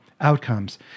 Outcomes